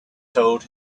told